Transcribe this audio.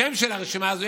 השם של הרשימה הזאת,